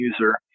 user